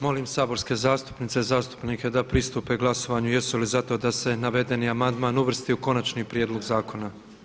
Molim poštovane saborske zastupnike i zastupnice da pristupe glasovanju jesu li za to da se navedeni amandman uvrsti u konačni prijedlog zakona.